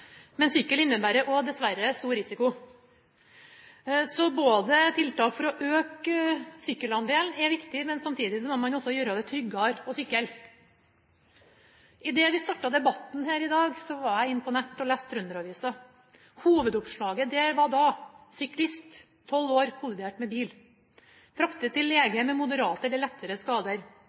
Men sykkel innebærer også, dessverre, stor risiko. Så tiltak for å øke sykkelandelen er viktig, men samtidig må man også gjøre det tryggere å sykle. Idet vi startet debatten her i dag, var jeg inne på nett og leste Trønder-Avisa. Hovedoppslaget der var: «Syklist kolliderte med bil. Fraktet til lege med moderate eller lettere skader.»